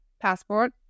passport